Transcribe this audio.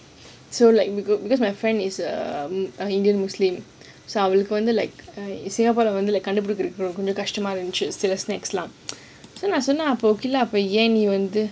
so like we go because my friend is a indian muslim அவளுக்கு வந்து:awalkku wanthu like singapore like கண்டுபிடிக்க கஷ்டமா இருந்துச்சு சில:kandupidikka kashtama irunthuchi sila snacks lah அப்பா நான் சொன்னான்:appa naan sonnan then we just